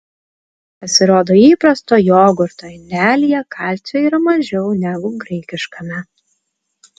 pasirodo įprasto jogurto indelyje kalcio yra mažiau negu graikiškame